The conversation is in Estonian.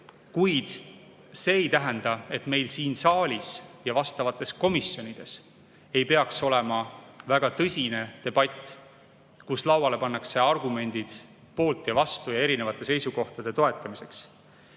Kuid see ei tähenda, et meil siin saalis ja vastavates komisjonides ei peaks olema väga tõsine debatt, kui lauale pannakse argumendid poolt ja vastu ja erinevate seisukohtade toetamiseks.